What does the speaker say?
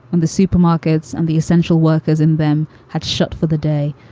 and the supermarkets and the essential workers in them had shut for the day.